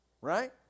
right